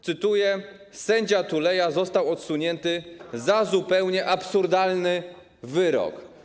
Cytuję: sędzia Tuleya został odsunięty za zupełnie absurdalny wyrok.